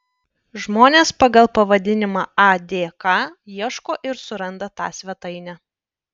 žmonės pagal pavadinimą adk ieško ir suranda tą svetainę